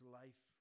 life